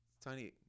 tiny